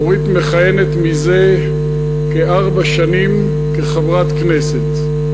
אורית מכהנת זה כארבע שנים כחברת כנסת,